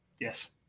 Yes